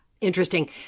Interesting